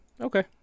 Okay